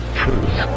truth